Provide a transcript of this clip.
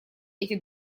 эти